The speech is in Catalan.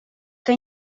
que